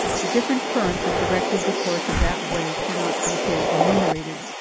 the different currents that directed the course of that wave cannot be here enumerated.